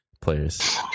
players